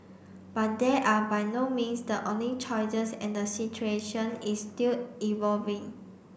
but there are by no means the only choices and the situation is still evolving